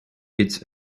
its